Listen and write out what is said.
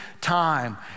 time